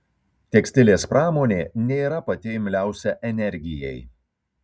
tekstilės pramonė nėra pati imliausia energijai